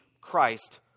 Christ